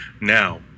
Now